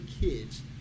kids